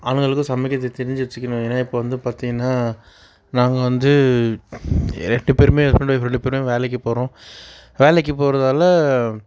ஆண்களுக்கும் சமைக்கிறதுக்கு தெரிஞ்சு வச்சுக்கணும் ஏன்னால் இப்போ வந்து பார்த்தீங்கனா நாங்கள் வந்து எட்டு பேருமே ஹஸ்பண்ட் அண்ட் ஒய்ஃப் ரெண்டு பேருமே வேலைக்கி போகிறோம் வேலைக்கு போகிறதால